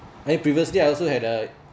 then previously I also had a